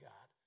God